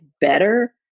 better